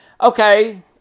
okay